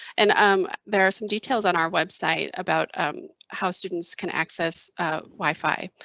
and um there are some details on our website about how students can access wifi.